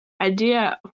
idea